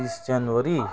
छब्बिस जनवरी